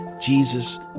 Jesus